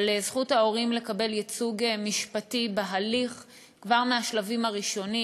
על זכות ההורים לקבל ייצוג משפטי בהליך כבר מהשלבים הראשונים,